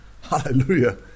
Hallelujah